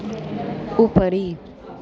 उपरि